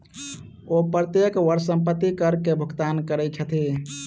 ओ प्रत्येक वर्ष संपत्ति कर के भुगतान करै छथि